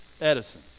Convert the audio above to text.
Edison